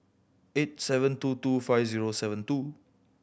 eight seven two two five zero seven two